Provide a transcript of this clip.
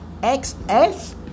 XS